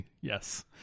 Yes